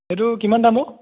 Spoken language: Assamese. সেইটো কিমান দাম ঔ